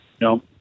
No